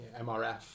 MRF